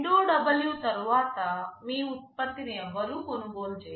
2W తరువాత మీ ఉత్పత్తిని ఎవరూ కొనుగోలు చేయరు